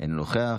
אינו נוכח,